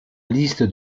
liste